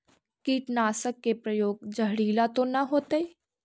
कीटनाशक के प्रयोग, जहरीला तो न होतैय?